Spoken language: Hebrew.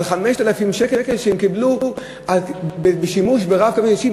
5,000 שקל הם קיבלו על שימוש ב"רב-קו" האישי.